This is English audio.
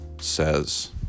says